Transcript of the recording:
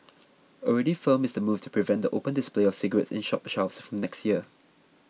already firm is the move to prevent the open display of cigarettes in shop shelves from next year